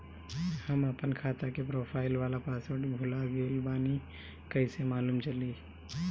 हम आपन खाता के प्रोफाइल वाला पासवर्ड भुला गेल बानी कइसे मालूम चली?